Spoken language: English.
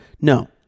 No